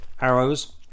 Arrows